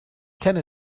kenne